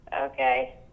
okay